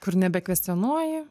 kur nebekvestionuoji